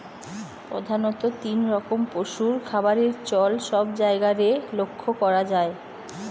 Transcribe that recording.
প্রধাণত তিন রকম পশুর খাবারের চল সব জায়গারে লক্ষ করা যায়